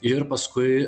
ir paskui